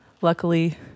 luckily-